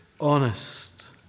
honest